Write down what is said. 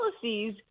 policies